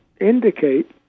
indicate